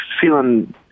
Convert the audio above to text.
feeling